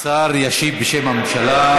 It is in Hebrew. השר ישיב בשם הממשלה.